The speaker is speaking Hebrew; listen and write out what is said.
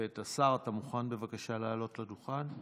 השר, אתה מוכן בבקשה לעלות לדוכן?